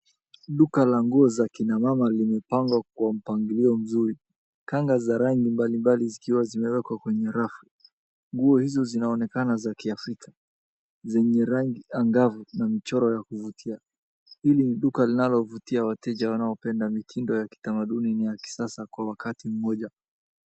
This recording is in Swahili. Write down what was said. Duka la nguo za kina mama limepangwa kwa mpangilio mzuri. Kanga za rangi mbalimbali zikiwa zimewekwa kwenye rafu. Nguo hizo zinaonekana za ki-Afrika, zenye rangi angavu na michoro ya kuvutia. Hili ni duka linalo vutia wateja wanaopenda mitindo ya kitamaduni na ya kisasa kwa wakati mmoja.